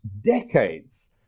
decades